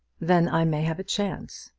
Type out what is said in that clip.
then i may have a chance.